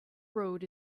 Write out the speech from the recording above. road